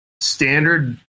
standard